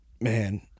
man